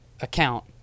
account